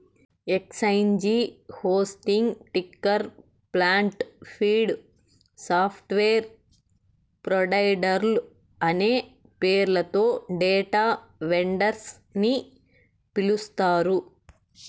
exchange hosting, ticker plant, feed, software ప్రొవైడర్లు అనే పేర్లతో డేటా వెండర్స్ ని పిలుస్తారు